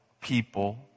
people